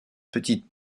petite